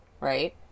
right